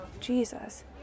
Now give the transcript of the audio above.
Jesus